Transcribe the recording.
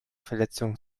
verletzungen